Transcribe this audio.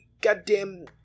goddamn